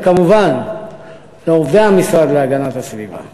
וכמובן לעובדי המשרד להגנת הסביבה.